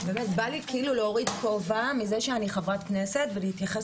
בא לי כאילו להוריד כובע מזה שאני חברת כנסת ולהתייחס